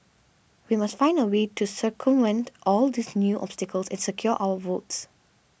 we must find a way to circumvent all these new obstacles and secure our votes